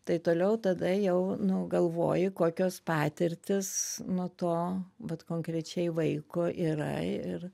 tai toliau tada jau nu galvoji kokios patirtys nu to vat konkrečiai vaiko yra ir